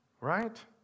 Right